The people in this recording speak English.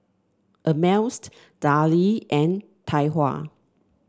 Ameltz Darlie and Tai Hua